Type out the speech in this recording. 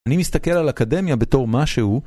אני מסתכל על אקדמיה בתור משהו.